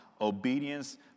obedience